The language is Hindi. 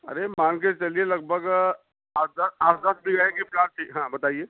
अरे मान कर चलिए लगभग अड़सठ अड़सठ रहेगी प्लाट की हाँ बताइए